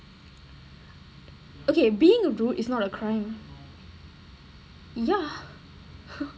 okay being rude is not a crime ya